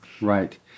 Right